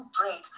Break